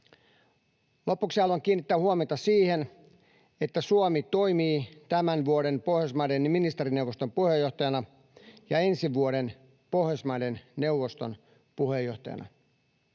Lopuksi haluan kiinnittää huomiota siihen, että Suomi toimii tämän vuoden Pohjoismaiden ministerineuvoston puheenjohtajana ja ensi vuoden Pohjoismaiden neuvoston puheenjohtajana.